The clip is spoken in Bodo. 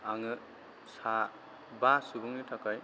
आङो सा बा सुबुंनि थाखाय